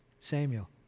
Samuel